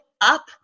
up